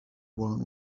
one